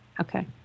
okay